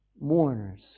mourners